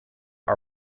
are